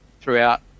throughout